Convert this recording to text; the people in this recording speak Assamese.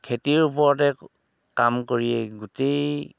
খেতিৰ ওপৰতে কাম কৰিয়েই গোটেই